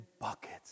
buckets